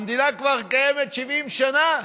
המדינה כבר קיימת 70 שנה,